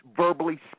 Verbally